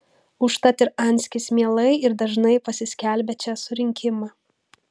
užtat ir anskis mielai ir dažnai pasiskelbia čia surinkimą